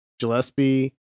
gillespie